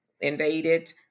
invaded